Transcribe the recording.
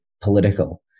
political